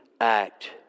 act